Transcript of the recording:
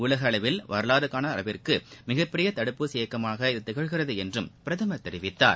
உலக அளவில் வரலாறு காணாத அளவிற்கு மிகப்பெரிய தடுப்பூசி இயக்கமாக இது திகழ்கிறது என்றும் பிரதமர் தெரிவித்தார்